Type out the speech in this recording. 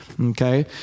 Okay